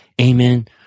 Amen